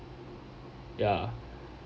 ya